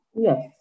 Yes